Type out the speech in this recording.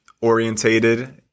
orientated